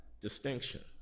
distinction